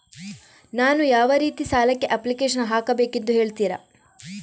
ನಾನು ಯಾವ ರೀತಿ ಸಾಲಕ್ಕೆ ಅಪ್ಲಿಕೇಶನ್ ಹಾಕಬೇಕೆಂದು ಹೇಳ್ತಿರಾ?